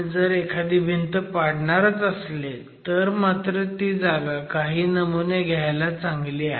जर एखादी भिंत पाडणारच असले तर मात्र ती जागा काही नमुने घ्यायला चांगली आहे